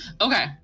Okay